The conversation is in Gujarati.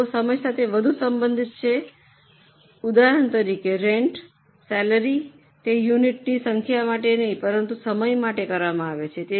તેઓ સમય સાથે વધુ સંબંધિત છે ઉદાહરણ તરીકે રેન્ટ સેલરી તે યુનિટની સંખ્યા માટે નહીં પરંતુ સમય માટે કરવામાં આવે છે